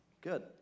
Good